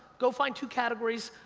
go find two categories,